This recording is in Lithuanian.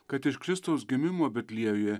kad iš kristaus gimimo betliejuje